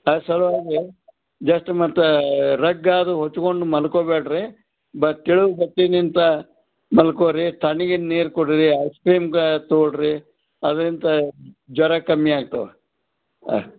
ಆ ಸಲುವಾಗಿ ಜಸ್ಟ್ ಮತ್ತೆ ರಗ್ ಯಾವ್ದು ಹೊಚ್ಕೊಂಡು ಮಲ್ಕೊಬೇಡ್ರಿ ಬ ತೆಳು ಬಟ್ಟೆನಿಂತ ಮಲ್ಕೊಳ್ರಿ ತಣ್ಣಗಿನ ನೀರು ಕುಡೀರಿ ಐಸ್ ಕ್ರೀಮ್ ತೊಗೊಳ್ರಿ ಅದ್ರಿಂದ ಜ್ವರ ಕಮ್ಮಿಯಾಗ್ತಾವೆ ಹಾಂ